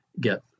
get